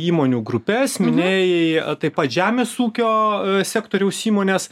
įmonių grupes minėjai taip pat žemės ūkio sektoriaus įmones